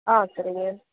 ஆ சரிங்க